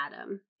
Adam